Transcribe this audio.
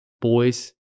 boys